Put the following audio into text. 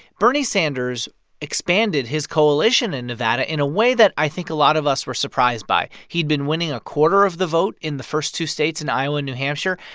bernie sanders expanded his coalition in nevada in a way that i think a lot of us were surprised by. he'd been winning a quarter of the vote in the first two states in iowa and new hampshire.